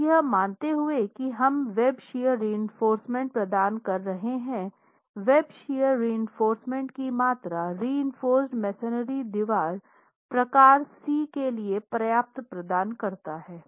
अब यह मानते हुए कि हम वेब शियर रीइनफोर्रसमेंट प्रदान कर रहे हैं वेब शियर रीइनफोर्रसमेंट की मात्रा रीइनफोर्रस मेसनरी दीवार प्रकार सी के लिए पर्याप्त प्रदान करता है